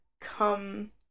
come